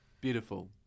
Beautiful